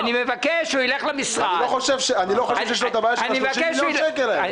אני לא חושב שיש לו בעיה של ה-30 מיליון שקל האלה.